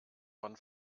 von